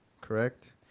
correct